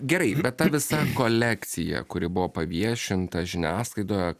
gerai bet ta visa kolekcija kuri buvo paviešinta žiniasklaidoje